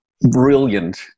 brilliant